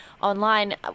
online